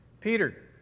Peter